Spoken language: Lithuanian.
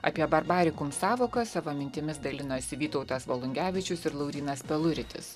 apie barbarikum sąvoką savo mintimis dalinosi vytautas volungevičius ir laurynas peluritis